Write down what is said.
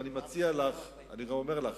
ואני גם אומר לך,